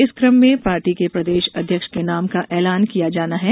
इस कम में पार्टी के प्रदेश अध्यक्ष के नाम का ऐलान किया जाना है